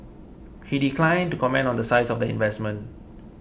he declined to comment on the size of the investment